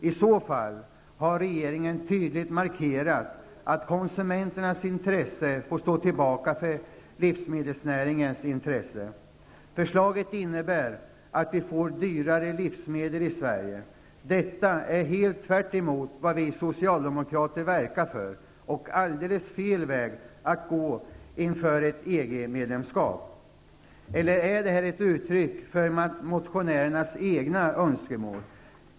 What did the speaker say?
I så fall har regeringen tydligt markerat att konsumenternas intresse får stå tillbaka för livsmedelsnäringens intresse. Förslaget innebär att vi får dyrare livsmedel i Sverige. Detta är tvärtemot vad vi socialdemokrater verkar för och alldeles fel väg att gå inför ett EG-medlemskap, eller är det här ett uttryck för motionärernas egna önskemål.